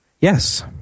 Yes